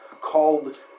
called